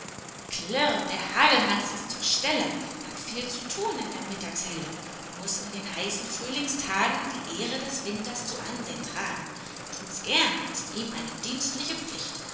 klirrrr der hagelhans ist zur stelle hat viel zu tun in der mittagshelle muß in den heißen frühlingstagen die ehre des winters zu ansehn tragen tut's gern ist ihm eine dienstliche pflicht